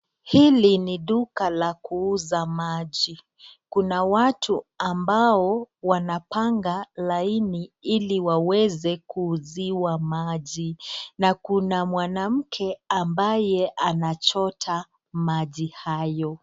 Hili ni duka la kuuza maji, kuna watu ambao wanapanga laini illi waweze kuuziwa maji na kuna mwanamke ambaye anachota maji hayo.